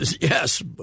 Yes